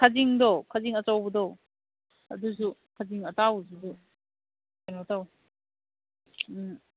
ꯈꯖꯤꯡꯗꯣ ꯈꯖꯤꯡ ꯑꯆꯧꯕꯗꯣ ꯑꯗꯨꯁꯨ ꯈꯖꯤꯡ ꯑꯇꯥꯎꯕꯗꯨꯁꯨ ꯀꯩꯅꯣ ꯇꯧꯏ ꯎꯝ